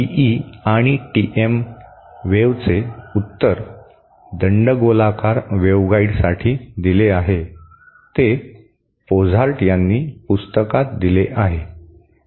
TE आणि TM वेव्हचे उत्तर दंडगोलाकार वेव्हगाइडसाठी दिले आहे ते पोझार्ट यांनी पुस्तकात दिले आहे